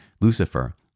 Lucifer